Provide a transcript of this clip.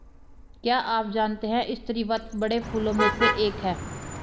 क्या आप जानते है स्रीवत बड़े फूलों में से एक है